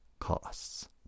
Costs